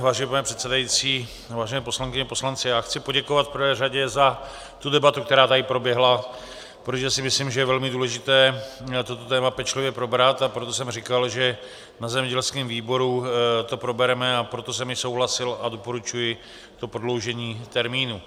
Vážený pane předsedající, vážené poslankyně a poslanci, já chci poděkovat v prvé řadě za tu debatu, která tady proběhla, protože si myslím, že je velmi důležité toto téma pečlivě probrat, a proto jsem říkal, že na zemědělském výboru to probereme, a proto jsem i souhlasil a doporučuji to prodloužení termínu.